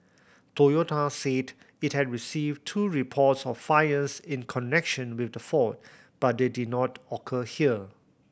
Toyota said it had received two reports of fires in connection with the fault but they did not occur here